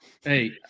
hey